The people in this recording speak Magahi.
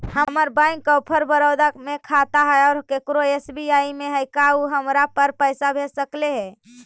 हमर बैंक ऑफ़र बड़ौदा में खाता है और केकरो एस.बी.आई में है का उ हमरा पर पैसा भेज सकले हे?